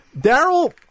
Daryl